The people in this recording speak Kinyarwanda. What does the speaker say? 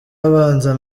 abanza